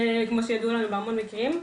כמו שידוע לנו בהמון מקרים.